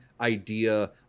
idea